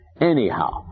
Anyhow